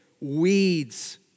Weeds